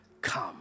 come